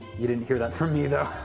you didn't hear that from me though.